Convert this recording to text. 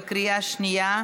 בקריאה שנייה.